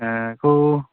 बेखौ